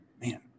man